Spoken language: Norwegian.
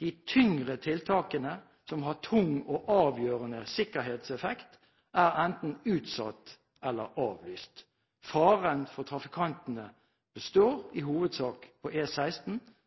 De tyngre tiltakene, som har tung og avgjørende sikkerhetseffekt, er enten utsatt eller avlyst. Faren for trafikantene består i hovedsak på